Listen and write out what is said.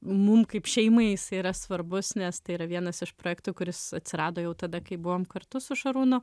mum kaip šeimai jis yra svarbus nes tai yra vienas iš projektų kuris atsirado jau tada kai buvom kartu su šarūnu